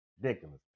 ridiculous